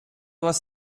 was